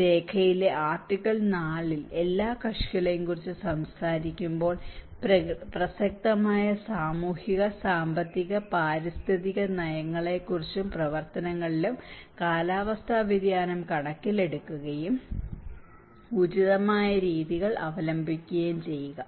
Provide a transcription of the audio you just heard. രേഖയിലെ article 4 ൽ എല്ലാ കക്ഷികളെയും കുറിച്ച് സംസാരിക്കുമ്പോൾ പ്രസക്തമായ സാമൂഹിക സാമ്പത്തിക പാരിസ്ഥിതിക നയങ്ങളിലും പ്രവർത്തനങ്ങളിലും കാലാവസ്ഥാ വ്യതിയാനം കണക്കിലെടുക്കുകയും ഉചിതമായ രീതികൾ അവലംബിക്കുകയും ചെയ്യുക